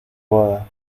boda